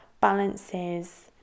balances